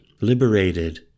liberated